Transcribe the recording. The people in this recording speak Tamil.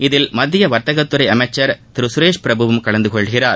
இதில் மத்திய வர்த்தகத்துறை அமைச்சர் திரு சுரேஷ் பிரபுவும் கலந்து கொள்கிறார்